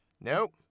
nope